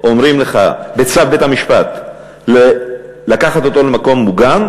אומרים לך בצו בית-המשפט לקחת אותו למקום מוגן,